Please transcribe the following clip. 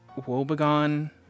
Wobegon